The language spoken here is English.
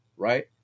Right